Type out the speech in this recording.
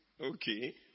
okay